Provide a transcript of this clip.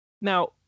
Now